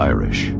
Irish